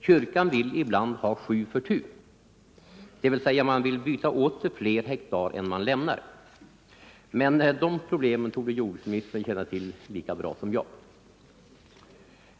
Kyrkan vill ibland ha sju för tu, dvs. man vill byta åt sig fler hektar än man lämnar. Men det problemet torde jordbruksministern känna till lika bra som jag.